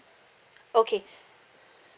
okay